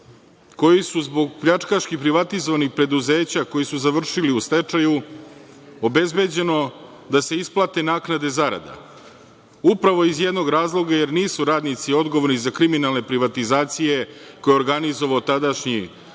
koji su zbog pljačkaški privatizovanih preduzeća koja su završila u stečaju isplate naknade zarada, upravo iz jednog razloga – jer nisu radnici odgovorni za kriminalne privatizacije koje je organizovao tadašnji